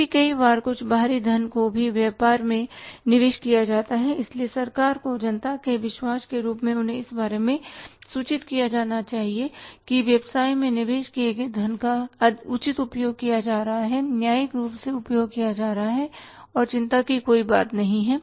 क्योंकि कई बार कुछ बाहरी धन को भी व्यापार में निवेश किया जाता है इसलिए सरकार को जनता के विश्वास के रूप में उन्हें इस बारे में सूचित किया जाना चाहिए कि व्यवसाय में निवेश किए गए सब धन का उचित उपयोग किया जा रहा है न्यायिक रूप से उपयोग किया जाता है और चिंता की कोई बात नहीं है